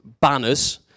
banners